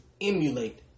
emulate